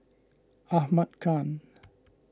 Ahmad Khan